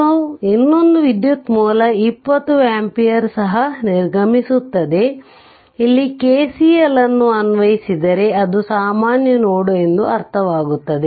ಮತ್ತು ಇನ್ನೊಂದು ವಿದ್ಯುತ್ ಮೂಲ 20 ಆಂಪಿಯರ್ ಸಹ ನಿರ್ಗಮಿಸುತ್ತದೆ ಇಲ್ಲಿ KCL ಅನ್ನು ಅನ್ವಯಿಸಿದರೆ ಅದು ಸಾಮಾನ್ಯ ನೋಡ್ ಎಂದು ಅರ್ಥವಾಗುತ್ತದೆ